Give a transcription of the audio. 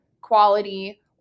quality